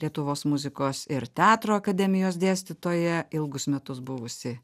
lietuvos muzikos ir teatro akademijos dėstytoja ilgus metus buvusi